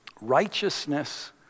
Righteousness